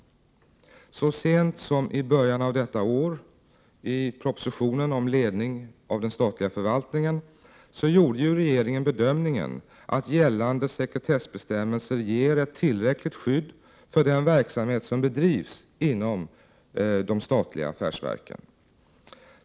Så sent som i början av detta år — i propositionen om ledning av den statliga förvaltningen — gjorde ju regeringen bedömningen att gällande sekretessbestämmelser ger ett tillräckligt skydd för den verksamhet som bedrivs inom de statliga affärsverken.